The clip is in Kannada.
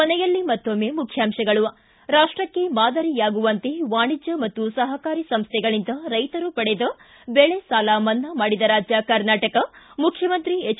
ಕೊನೆಯಲ್ಲಿ ಮತ್ತೊಮ್ನೆ ಮುಖ್ಯಾಂಶಗಳು ಿ ರಾಷ್ಟಕ್ಕೆ ಮಾದರಿಯಾಗುವಂತೆ ವಾಣಿಜ್ಯ ಮತ್ತು ಸಹಕಾರಿ ಸಂಸ್ಥೆಗಳಿಂದ ರೈತರು ಪಡೆದ ಬೆಳೆ ಸಾಲ ಮನ್ನಾ ಮಾಡಿದ ರಾಜ್ಯ ಕರ್ನಾಟಕ ಮುಖ್ಯಮಂತ್ರಿ ಎಚ್